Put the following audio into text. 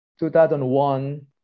2001